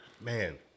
Man